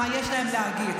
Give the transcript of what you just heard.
מה יש להן להגיד.